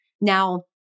Now